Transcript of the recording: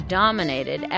dominated